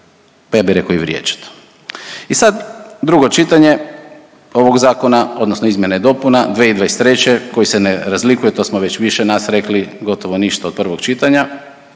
pa ja bi rekao i vrijeđat. I sad 2. čitanje ovog zakona odnosno izmjena i dopuna 2023. koji se ne razlikuje to smo već više nas rekli gotovo ništa od prvog čitanja.